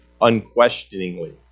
unquestioningly